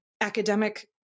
Academic